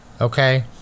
okay